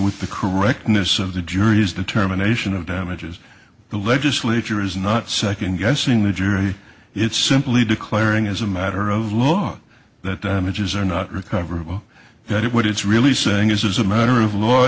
with the correctness of the jury's determination of damages the legislature is not second guessing the jury it's simply declaring as a matter of law that images are not recoverable that it what it's really saying is as a matter of law